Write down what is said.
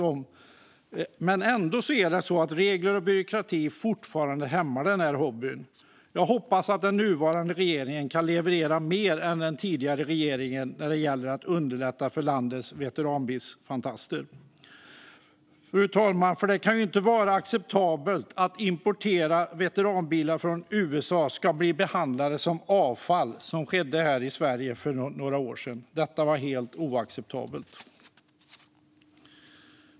Ändå är det fortfarande så att regler och byråkrati hämmar denna hobby. Jag hoppas att den nuvarande regeringen kan leverera mer än den tidigare regeringen när det gäller att underlätta för landets veteransbilsfantaster. Det kan ju inte vara acceptabelt att importerade veteranbilar från USA ska bli behandlade som avfall, vilket skedde här i Sverige för några år sedan. Det var helt oacceptabelt.